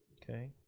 okay,